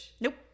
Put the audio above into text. Nope